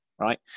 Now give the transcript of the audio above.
right